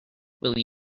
will